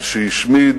על שהשמיד